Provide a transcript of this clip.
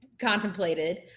contemplated